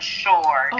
sure